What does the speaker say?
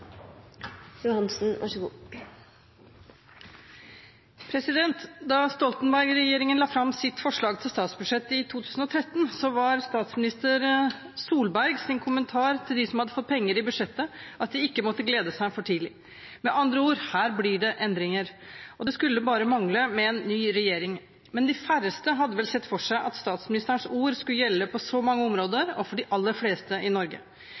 Da Stoltenberg-regjeringen la fram sitt forslag til statsbudsjett i 2013, var statsminister Solbergs kommentar til dem som hadde fått penger i budsjettet, at de ikke måtte glede seg for tidlig. Med andre ord: Her blir det endringer! Og det skulle bare mangle med en ny regjering, men de færreste hadde vel sett for seg at statsministerens ord skulle gjelde på så mange områder og for de aller fleste i Norge.